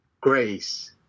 grace